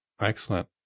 Excellent